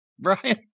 Brian